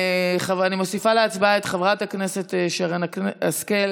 אני מוסיפה להצבעה את חברת הכנסת שרן השכל,